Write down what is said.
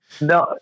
No